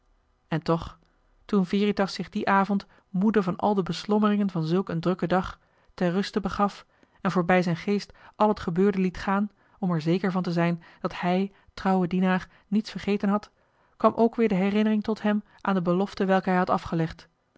en toch toen veritas zich dien avond moede van al de beslommeringen van zulk een drukken dag ter ruste begaf en voorbij zijn geest al het gebeurde liet gaan om er zeker van te zijn dat hij trouw dienaar niets vergeten had kwam ook weer de herinnering tot hem aan de belofte welke hij had afgelegd